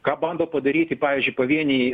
ką bando padaryti pavyzdžiui pavieniai